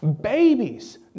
Babies